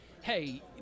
hey